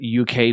UK